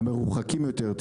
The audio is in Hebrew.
המרוחקים יותר,